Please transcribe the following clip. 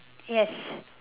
yes